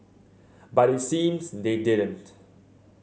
but it seems they didn't